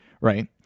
right